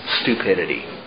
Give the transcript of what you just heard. stupidity